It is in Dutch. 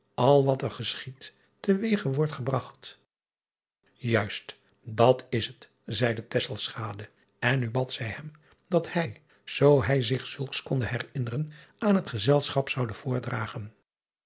al wat er schiedt te weege wordt gebraght uist dat is het zeide en nu bad zij hem dat hij zoo hij zich zulks driaan oosjes zn et leven van illegonda uisman konde herinneren aan het gezelschap zoude voordragen